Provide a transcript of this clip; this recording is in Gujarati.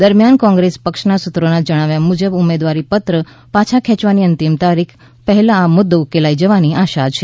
દરમિયાન કોંગ્રેસ પક્ષના સૂત્રોના જણાવ્યા મુજબ ઉમેદવારી પત્ર પાછા ખેંચવાની અંતિમ તારીખ પહેલા આ મુદો ઉકેલાઈ જવાની આશા છે